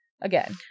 again